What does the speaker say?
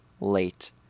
late